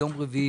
ביום רביעי,